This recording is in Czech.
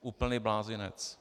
Úplný blázinec.